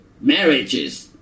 marriages